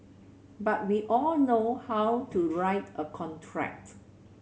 but we all know how to write a contract